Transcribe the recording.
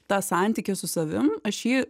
tą santykį su savim aš jį